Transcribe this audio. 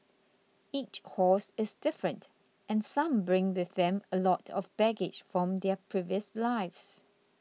each horse is different and some bring with them a lot of baggage from their previous lives